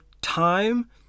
time